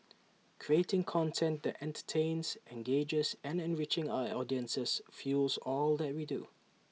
creating content that entertains engages and enriching our audiences fuels all that we do